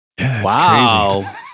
Wow